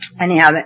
Anyhow